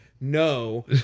no